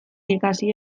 ikasi